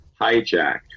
hijacked